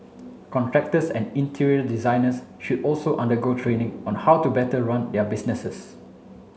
contractors and interior designers should also undergo training on how to better run their businesses